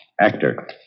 Actor